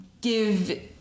give